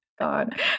God